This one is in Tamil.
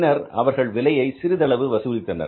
பின்னர் அவர்கள் விலையை சிறிதளவு வசூலித்தனர்